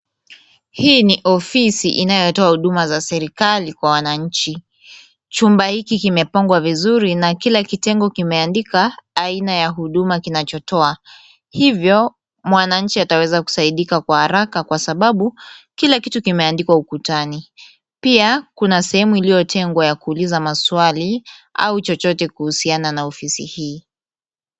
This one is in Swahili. Hii ni ofisi inayotoa huduma za serikali kwa wananchi. Chumba hiki kimepangwa vizuri na kila kitengo kimeandika aina ya huduma kinachotoa. Hivyo mwananchi ataweza kusaidika kwa haraka kwa sababu kila kitu kimeandikwa ukutani. Pia kuna sehemu iliyotengwa ya kuuliza maswali au chochote kuhusiana na ofisi hii.